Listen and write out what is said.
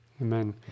Amen